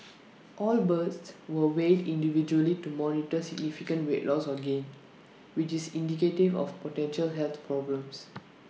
all birds were weighed individually to monitor significant weight loss or gain which is indicative of potential health problems